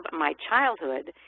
but my childhood,